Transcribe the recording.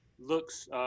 looks